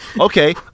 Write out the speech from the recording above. Okay